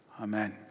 Amen